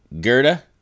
Gerda